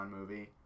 movie